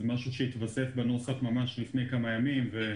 זה משהו שהתווסף בנוסח ממש לפני כמה ימים.